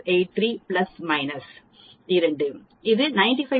683 plus minus 2 இது 95